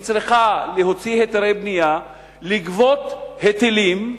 היא צריכה להוציא היתרי בנייה, לגבות היטלים,